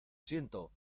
siento